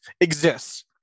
exists